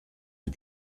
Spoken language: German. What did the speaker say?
sie